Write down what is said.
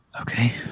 Okay